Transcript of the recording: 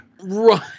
Right